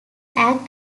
act